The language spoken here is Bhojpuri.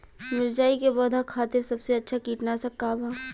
मिरचाई के पौधा खातिर सबसे अच्छा कीटनाशक का बा?